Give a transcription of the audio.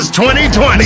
2020